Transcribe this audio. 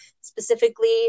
specifically